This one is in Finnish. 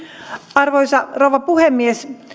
arvoisa rouva puhemies